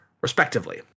respectively